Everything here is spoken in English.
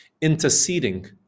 Interceding